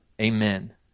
Amen